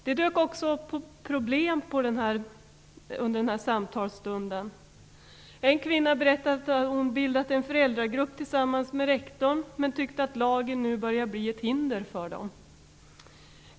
Det dök också upp problem under det här samtalet. En kvinna berättade att hon bildat en föräldragrupp tillsammans med rektorn men tyckte att lagen nu börjat bli ett hinder för dem.